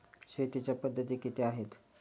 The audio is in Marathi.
शेतीच्या पद्धती किती आहेत?